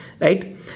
right